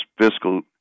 fiscal